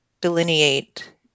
delineate